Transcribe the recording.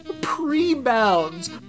Pre-bounds